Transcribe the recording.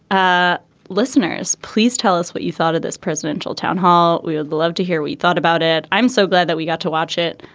ah listeners please tell us what you thought of this presidential town hall. we would love to hear we thought about it. i'm so glad that we got to watch it.